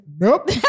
Nope